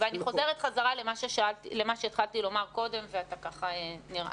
אני חוזרת חזרה למה שהתחלתי לומר קודם ואתה נרעשת.